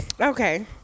Okay